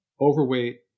overweight